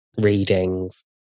readings